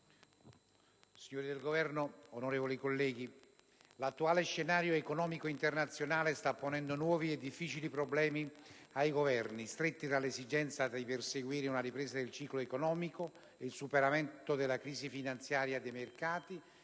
signori del Governo, onorevoli colleghi, l'attuale scenario economico internazionale sta ponendo nuovi e difficili problemi ai Governi, stretti tra l'esigenza di perseguire una ripresa del ciclo economico, il superamento della crisi finanziaria dei mercati